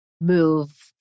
move